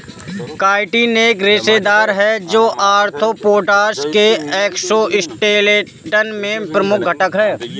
chitin एक रेशेदार है, जो आर्थ्रोपोड्स के एक्सोस्केलेटन में प्रमुख घटक है